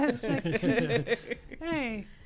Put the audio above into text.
hey